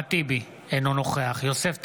אחמד טיבי, אינו נוכח יוסף טייב,